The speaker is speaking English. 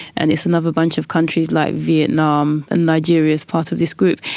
and it's another bunch of countries like vietnam, and nigeria's part of this group.